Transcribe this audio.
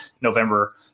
November